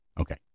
okay